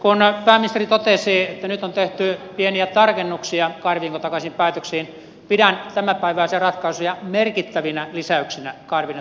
kun pääministeri totesi että nyt on tehty pieniä tarkennuksia kahden viikon takaisiin päätöksiin pidän tämänpäiväisiä ratkaisuja merkittävinä lisäyksinä kahden viikon takaisiin